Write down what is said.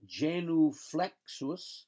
Genuflexus